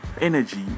energy